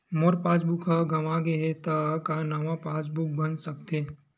मोर passbook ह गंवा गे हे त का नवा पास बुक बन सकथे?